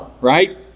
right